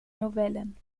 novellen